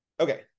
okay